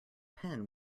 pen